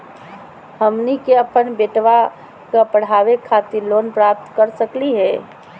हमनी के अपन बेटवा क पढावे खातिर लोन प्राप्त कर सकली का हो?